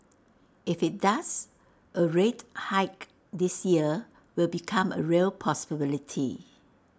if IT does A rate hike this year will become A real possibility